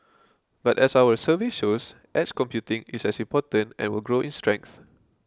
but as our survey shows edge computing is as important and will grow in strength